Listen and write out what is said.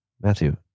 matthew